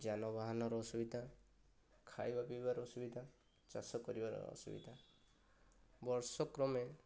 ଯାନବାହାନର ଅସୁବିଧା ଖାଇବା ପିଇବାର ଅସୁବିଧା ଚାଷ କରିବାର ଅସୁବିଧା ବର୍ଷ କ୍ରମେ